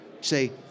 say